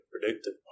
predictive